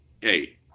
Hey